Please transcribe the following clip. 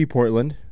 Portland